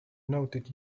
noted